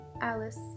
Alice